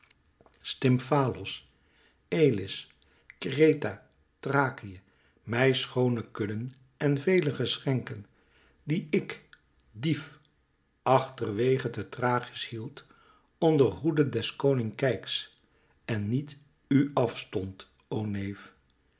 stymfalos elis kreta thrakië mij schoone kudden en vele geschenken die ik dief achterwege te thrachis hield onder hoede des konings keyx en niet ù af stond o